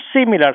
similar